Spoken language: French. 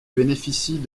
bénéficient